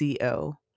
Co